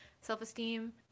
self-esteem